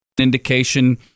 indication